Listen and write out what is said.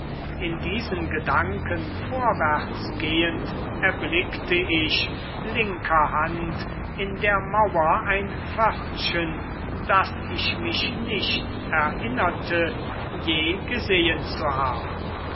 in diesen gedanken vorwärts gehend erblickte ich linker hand in der mauer ein pförtchen das ich mich nicht erinnerte je gesehen zu haben